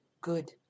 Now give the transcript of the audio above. good